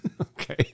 okay